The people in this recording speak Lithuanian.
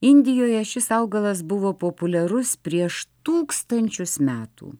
indijoje šis augalas buvo populiarus prieš tūkstančius metų